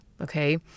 okay